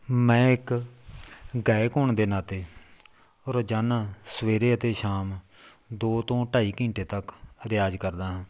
ਮੈਂ ਇੱਕ ਗਾਇਕ ਹੋਣ ਦੇ ਨਾਤੇ ਰੋਜ਼ਾਨਾ ਸਵੇਰੇ ਅਤੇ ਸ਼ਾਮ ਦੋ ਤੋਂ ਢਾਈ ਘੰਟੇ ਤੱਕ ਰਿਆਜ਼ ਕਰਦਾ ਹਾਂ